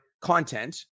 content